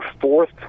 fourth